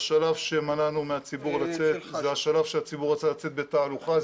בשלב שמנענו מהציבור לצאת זה השלב שהציבור רצה לצאת לתהלוכה,